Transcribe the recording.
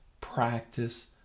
practice